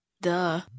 Duh